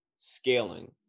scaling